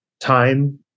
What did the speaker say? time